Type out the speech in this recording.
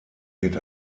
wird